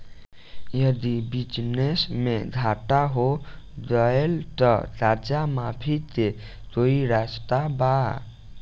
यदि बिजनेस मे घाटा हो गएल त कर्जा माफी के कोई रास्ता बा?